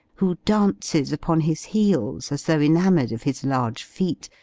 who dances upon his heels, as though enamoured of his large feet,